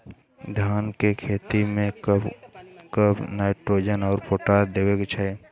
धान के खेती मे कब कब नाइट्रोजन अउर पोटाश देवे के चाही?